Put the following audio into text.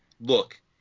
look